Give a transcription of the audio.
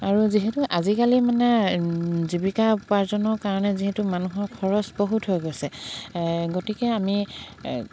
আৰু যিহেতু আজিকালি মানে জীৱিকা উপাৰ্জনৰ কাৰণে যিহেতু মানুহৰ খৰচ বহুত হৈ গৈছে গতিকে আমি